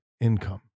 income